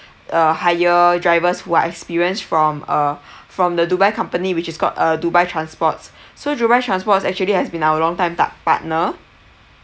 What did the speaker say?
uh hire drivers who are experienced from uh from the dubai company which is called uh dubai transports so dubai transports actually has been our long-time part partner